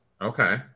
Okay